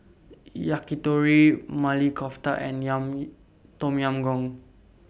Yakitori Maili Kofta and Yam Tom Yam Goong